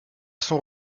son